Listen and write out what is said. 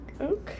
okay